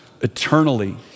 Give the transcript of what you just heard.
eternally